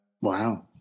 Wow